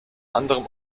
anderem